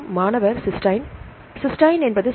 மாணவர் cysteine cysteine என்பது சரி